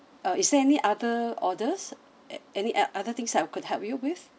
uh is there any other orders any other things that I could help you with